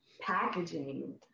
packaging